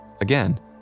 Again